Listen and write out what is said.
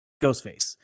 Ghostface